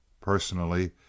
Personally